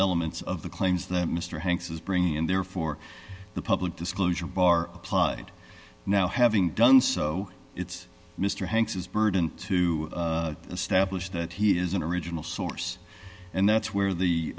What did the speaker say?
elements of the claims that mr hanks is bringing and therefore the public disclosure bar applied now having done so it's mr hanks his burden to establish that he is an original source and that's where